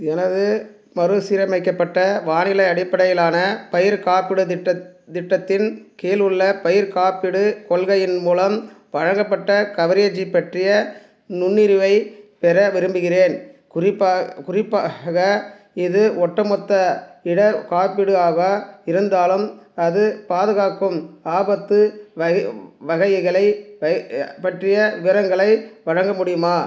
எனது மறுசீரமைக்கப்பட்ட வானிலை அடிப்படையிலான பயிர்க் காப்பீடுத் திட்டத் திட்டத்தின் கீழ் உள்ள பயிர்க் காப்பீடுக் கொள்கையின் மூலம் பழகப்பட்ட கவரேஜு பற்றிய நுண்ணறிவைப் பெற விரும்புகிறேன் குறிப்பா குறிப்பாக இது ஒட்டுமொத்த இடர்க் காப்பீடு ஆக இருந்தாலும் அது பாதுகாக்கும் ஆபத்து வகு வகைகளைப் ப பற்றிய விரங்களை வழங்க முடியுமா